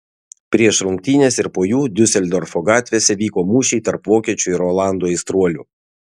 prieš rungtynes ir po jų diuseldorfo gatvėse vyko mūšiai tarp vokiečių ir olandų aistruolių